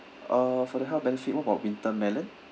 uh for the health benefit what about winter melon